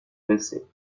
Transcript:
blessés